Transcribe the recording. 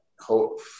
hope